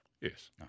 Yes